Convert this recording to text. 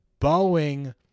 Boeing